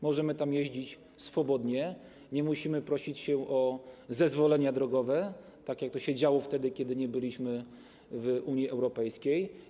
Możemy jeździć swobodnie, nie musimy prosić się o zezwolenia drogowe, tak jak to się działo wtedy, kiedy nie byliśmy w Unii Europejskiej.